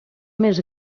més